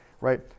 right